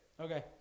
Okay